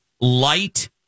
light